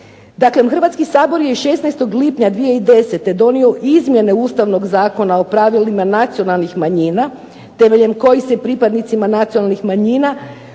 Hrvatski sabor je 16. lipnja 2010. donio izmjene ustavnog Zakona o pravilima nacionalnih manjina, temeljem kojih se pripadnicima nacionalnih manjina